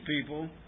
people